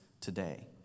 today